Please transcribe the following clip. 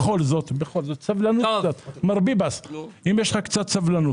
בכל זאת, מר ביבס, אם יש לך קצת סבלנות.